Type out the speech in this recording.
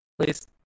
Please